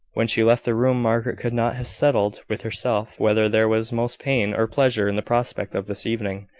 when she left the room, margaret could not have settled with herself whether there was most pain or pleasure in the prospect of this evening.